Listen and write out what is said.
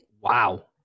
Wow